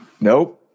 Nope